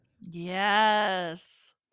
yes